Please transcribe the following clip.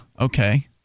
Okay